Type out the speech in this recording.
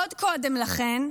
עוד קודם לכן,